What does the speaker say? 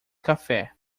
café